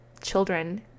children